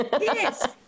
Yes